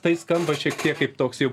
tai skamba šiek tiek kaip toks jau